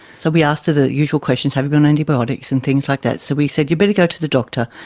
so we asked the usual questions have you been on antibiotics, and things like that. so we said you'd better go to the doctor.